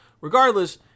regardless